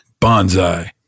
Bonsai